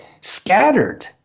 scattered